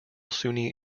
sunni